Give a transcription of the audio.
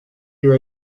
your